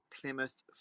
plymouth